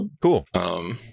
Cool